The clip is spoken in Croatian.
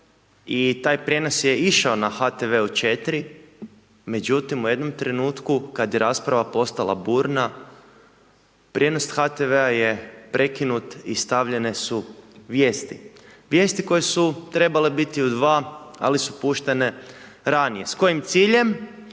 i taj prijenos je išao u HTV-u 4, međutim u jednom trenutku kad je rasprava postala burna, prijenos HTV-a je prekinut i stavljene su vijesti. Vijesti koje su trebale biti u 2, ali su puštene ranije. S kojim ciljem?